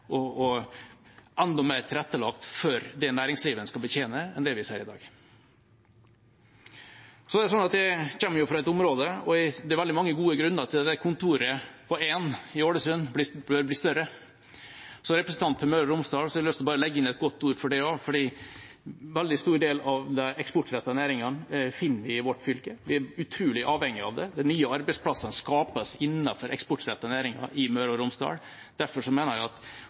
og enda mer tilrettelagt for det næringslivet en skal betjene, enn det vi ser i dag. Det er veldig mange gode grunner til at det kontoret på én i Ålesund bør bli større, og som representant for Møre og Romsdal har jeg lyst til å legge inn et godt ord for det. En veldig stor del av de eksportrettede næringene finner vi i vårt fylke. Vi er utrolig avhengige av dem. De nye arbeidsplassene skapes innenfor de eksportrettede næringene i Møre og Romsdal. Derfor mener jeg at